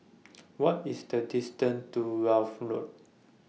What IS The distance to Wealth Road